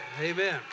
Amen